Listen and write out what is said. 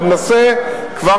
וננסה כבר,